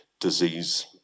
disease